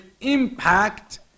impact